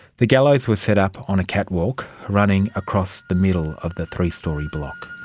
the gallows were set up on a catwalk running across the middle of the three-storey block.